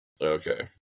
Okay